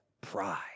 pride